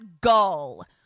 gull